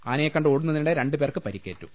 ആനയെ കണ്ട് ഓടുന്നതിനിടെ രണ്ടു പേർക്ക് പരിക്കേറ്റു